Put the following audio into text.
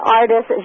artist